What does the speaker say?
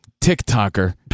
TikToker